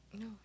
No